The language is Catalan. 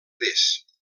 gres